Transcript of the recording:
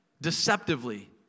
deceptively